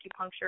acupuncture